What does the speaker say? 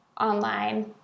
online